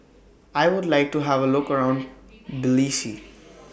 I Would like to Have A Look around Tbilisi